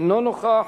אינו נוכח.